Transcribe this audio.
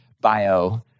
bio